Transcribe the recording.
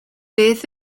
beth